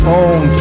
own